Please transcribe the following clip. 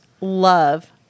love